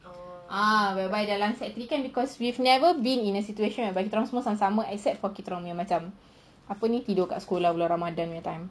ah whereby dalam secondary three camp because we have never been in situation whereby kita orang semua sama-sama except kita orang punya macam apa ni tidur kat sekolah bulan ramadan punya time